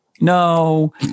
No